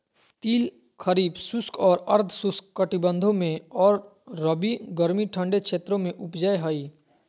तिल खरीफ शुष्क और अर्ध शुष्क कटिबंधों में और रबी गर्मी ठंडे क्षेत्रों में उपजै हइ